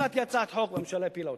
הצעתי הצעת חוק והממשלה הפילה אותה.